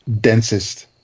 densest